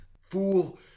fool